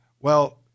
Well-